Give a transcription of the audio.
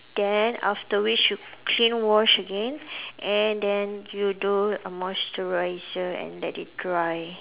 then after which you clean wash again and then you do a moisturiser and let it dry